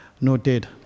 noted